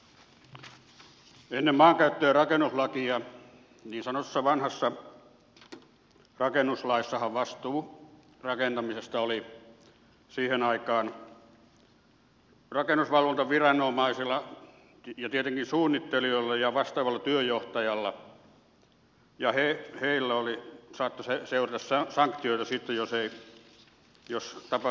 ennen maankäyttö ja rakennuslakiahan niin sanotussa vanhassa rakennuslaissa vastuu rakentamisesta oli siihen aikaan rakennusvalvontaviranomaisilla ja tietenkin suunnittelijoilla ja vastaavalla työnjohtajalla ja heille saattoi seurata sanktioita siitä jos tapahtui virheitä